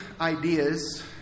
ideas